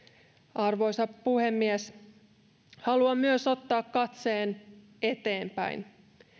arvoisa puhemies haluan myös ottaa katseen eteenpäin